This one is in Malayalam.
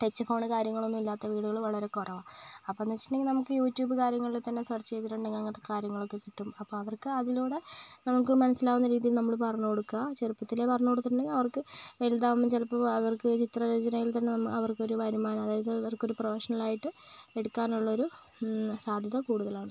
ടച്ച് ഫോണ് കാര്യങ്ങളൊന്നും ഇല്ലാത്ത വീടുകള് വളരെ കുറവാണ് അപ്പോഴെന്ന് വെച്ചിട്ടുണ്ടെങ്കിൽ നമുക്ക് യൂട്യൂബ് കാര്യങ്ങളിൽ തന്നെ സെർച്ച് ചെയ്തിട്ടുണ്ടെങ്കിൽ അങ്ങനെത്തെ കാര്യങ്ങളൊക്കെ കിട്ടും അപ്പോൾ അവർക്ക് അതിലൂടെ നമുക്ക് മനസിലാവുന്ന രീതിയില് നമ്മള് പറഞ്ഞു കൊടുക്കുക ചെറുപ്പത്തിലേ പറഞ്ഞു കൊടുത്തിട്ടുണ്ടെങ്കിൽ അവർക്ക് വലുതാകുമ്പോൾ ചിലപ്പോൾ അവർക്ക് ചിത്ര രചനയിൽ തന്നെ അവർക്കൊരു വരുമാനം അതായത് അവർക്കൊരു പ്രൊഫഷണലായിട്ട് എടുക്കാനുള്ളൊരു സാധ്യത കൂടുതലാണ്